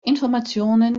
informationen